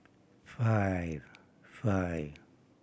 five five